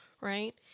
right